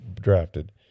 drafted